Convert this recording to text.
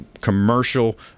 commercial